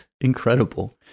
incredible